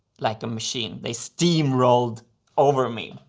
like a machine they steamrolled over me!